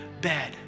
bed